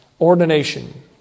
ordination